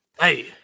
hey